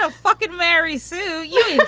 ah fucking mary sue yeah but